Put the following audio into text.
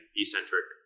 eccentric